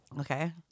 okay